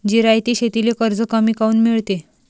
जिरायती शेतीले कर्ज कमी काऊन मिळते?